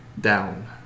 down